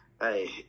hey